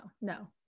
no